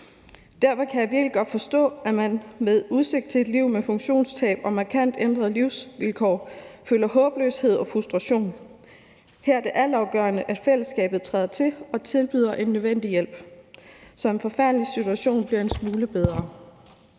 Derfor kan jeg virkelig godt forstå, at man med udsigten til et liv med funktionstab og markant ændrede livsvilkår føler håbløshed og frustration. Her er det altafgørende, at fællesskabet træder til og tilbyder den nødvendige hjælp, så en forfærdelig situation bliver en smule bedre.